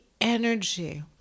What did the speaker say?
energy